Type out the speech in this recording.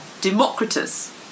Democritus